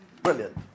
Brilliant